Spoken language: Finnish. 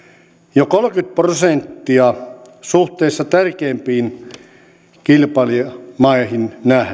jo kolmekymmentä prosenttia tärkeimpiin kilpailijamaihin nähden